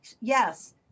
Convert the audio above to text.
yes